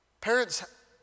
Parents